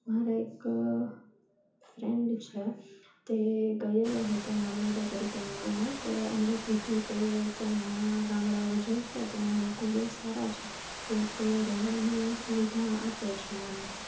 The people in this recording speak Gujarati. મારા એક ફ્રેન્ડ છે તે ગએલો હતો નર્મદા પરિક્રમામાં તો એમણે કીધું કે ત્યાં નાના નાના ગામડાઓ જે છે ત્યાંનાં લોકો બહુ સારા છે કે તે રહેવાની સુવિધા આપે છે એમ